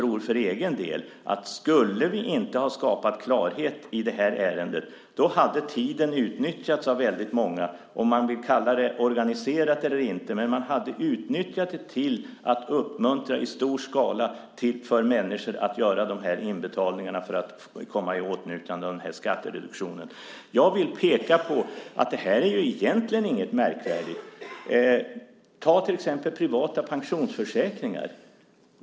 Om vi inte hade skapat klarhet i ärendet hade tiden utnyttjats till att i stor skala - organiserat eller inte - uppmuntra människor att göra dessa inbetalningar för att komma i åtnjutande av skattereduktionen. Det här är egentligen inget märkvärdigt. Ta till exempel privata pensionsförsäkringar.